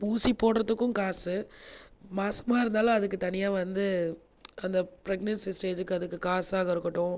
ஊசி போடுகிறதுக்கும் காசு மாசமாக இருந்தாலும் அதுக்கு தனியாக வந்து ப்ரெகனன்ஷி ஸ்டேஜ்க்கு அதுக்கு காசாக இருக்கட்டும்